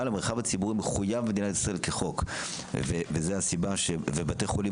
אבל המרחב הציבורי מחויב במדינת ישראל כחוק ובתי חולים